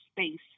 space